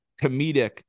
comedic